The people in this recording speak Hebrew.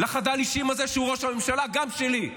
לחדל האישים הזה שהוא ראש הממשלה, גם שלי.